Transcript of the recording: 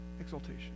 exaltation